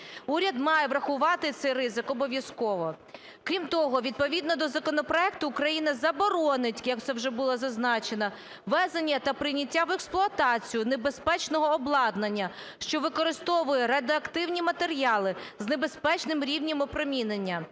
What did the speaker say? Уряд має врахувати цей ризик обов'язково. Крім того, відповідно до законопроекту Україна заборонить, як це вже було зазначено, ввезення та прийняття в експлуатацію небезпечного обладнання, що використовує радіоактивні матеріали з небезпечним рівнем опромінення.